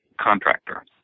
contractor